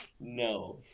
no